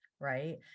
right